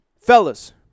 Fellas